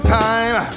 time